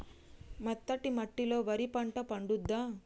మెత్తటి మట్టిలో వరి పంట పండుద్దా?